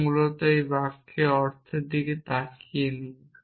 তা মূলত আমরা এই বাক্যের অর্থের দিকে তাকিয়ে নেই